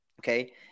okay